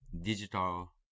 digital